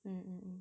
mm mm mm